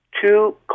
two